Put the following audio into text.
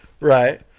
Right